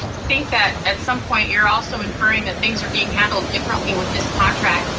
think that at some point, you're also inferring that things are being handled differently with this contract.